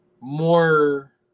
more